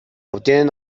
obtienen